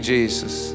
Jesus